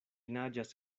naĝas